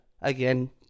again